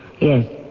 Yes